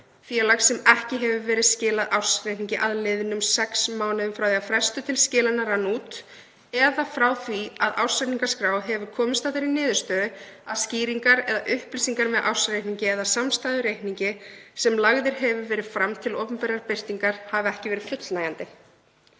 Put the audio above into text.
félags sem ekki hefur skilað ársreikningi að liðnum sex mánuðum frá því að frestur til skilanna rann út eða frá því að ársreikningaskrá hefur komist að þeirri niðurstöðu að skýringar eða upplýsingar með ársreikningi eða samstæðureikningi sem lagður hefur verið fram til opinberrar birtingar hafi ekki verið fullnægjandi.